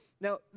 Now